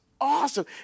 awesome